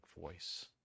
voice